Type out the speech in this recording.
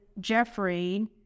Jeffrey